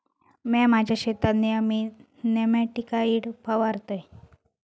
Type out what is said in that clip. म्या माझ्या शेतात नेयमी नेमॅटिकाइड फवारतय